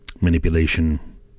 manipulation